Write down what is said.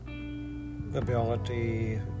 ability